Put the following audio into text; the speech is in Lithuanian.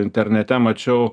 internete mačiau